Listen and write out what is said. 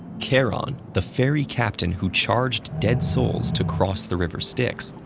charon, the ferry captain who charged dead souls to cross the river styx,